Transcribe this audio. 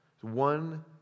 One